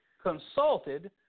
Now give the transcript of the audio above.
consulted